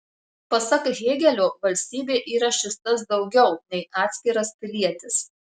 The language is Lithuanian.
pasak hėgelio valstybė yra šis tas daugiau nei atskiras pilietis